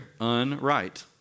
unright